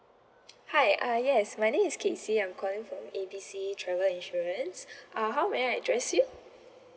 hi uh yes my name is casey I'm calling from A B C travel insurance uh how may I address you